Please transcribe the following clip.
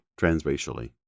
transracially